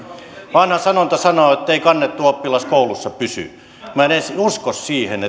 vanha sanonta sanoo että ei kannettu oppilas koulussa pysy minä en edes usko siihen